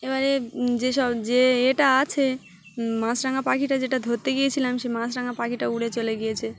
এবারে যেসব যে এটা আছে মাছরাঙা পাখিটা যেটা ধরতে গিয়েছিলাম সেই মাছরাঙা পাখিটা উড়ে চলে গিয়েছে